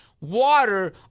water